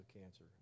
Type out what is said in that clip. cancer